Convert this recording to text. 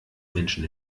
menschen